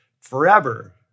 forever